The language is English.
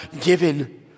given